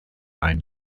einen